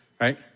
right